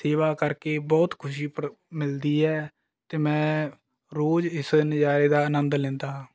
ਸੇਵਾ ਕਰਕੇ ਬਹੁਤ ਖੁਸ਼ੀ ਪ੍ਰਾ ਮਿਲਦੀ ਹੈ ਅਤੇ ਮੈਂ ਰੋਜ਼ ਇਸ ਨਜ਼ਾਰੇ ਦਾ ਆਨੰਦ ਲੈਂਦਾ ਹਾਂ